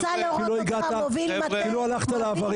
כי לא הלכת לעבריין?